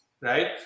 right